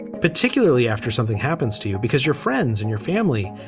particularly after something happens to you, because your friends and your family,